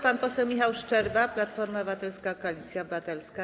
Pan poseł Michał Szczerba, Platforma Obywatelska - Koalicja Obywatelska.